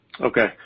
Okay